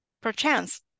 Perchance